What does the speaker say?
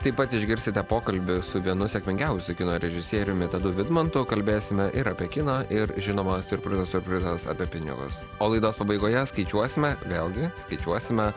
taip pat išgirsite pokalbio su vienu sėkmingiausių kino režisieriumi tadu vidmantu kalbėsime ir apie kiną ir žinoma siurprizų siurprizas apie pinigus o laidos pabaigoje skaičiuosime vėlgi skaičiuosime